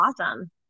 awesome